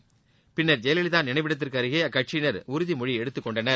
ன்னா் ஜெயலலிதா நினைவிடத்திற்கு அருகே அக்கட்சியினா உறுதிமொழி எடுத்துக்கொண்டனர்